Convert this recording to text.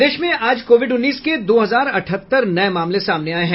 प्रदेश में आज कोविड उन्नीस के दो हजार अठहत्तर नये मामले सामने आये हैं